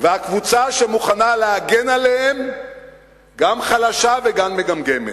והקבוצה שמוכנה להגן עליהן גם חלשה וגם מגמגמת,